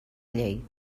llei